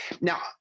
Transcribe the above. Now